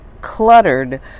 cluttered